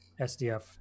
SDF